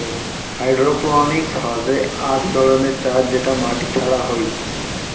hydroponics হসে আক ধরণের চাষ যেটা মাটি ছাড়া হই